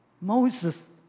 Moses